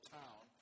town